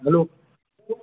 hello